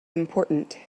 important